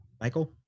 Michael